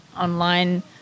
online